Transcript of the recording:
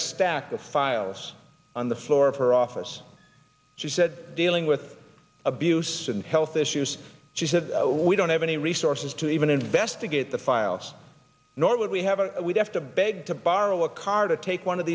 a stack of files on the floor of her office she said dealing with abuse and health issues she said we don't have any resources to even investigate the files nor would we have a we have to beg to borrow a car to take one of